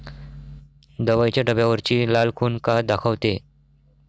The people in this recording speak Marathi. दवाईच्या डब्यावरची लाल खून का दाखवते?